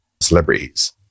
celebrities